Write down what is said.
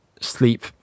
sleep